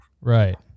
Right